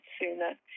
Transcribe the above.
sooner